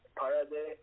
parade